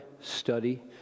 study